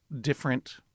different